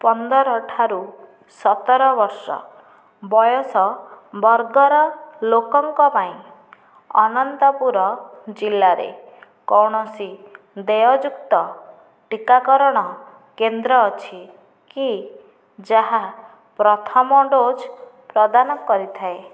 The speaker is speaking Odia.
ପନ୍ଦର ଠାରୁ ସତର ବର୍ଷ ବୟସ ବର୍ଗର ଲୋକଙ୍କ ପାଇଁ ଅନନ୍ତପୁର ଜିଲ୍ଲାରେ କୌଣସି ଦେୟଯୁକ୍ତ ଟିକାକରଣ କେନ୍ଦ୍ର ଅଛି କି ଯାହା ପ୍ରଥମ ଡୋଜ୍ ପ୍ରଦାନ କରିଥାଏ